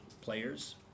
players